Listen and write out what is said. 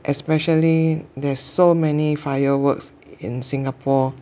especially there is so many fireworks in singapore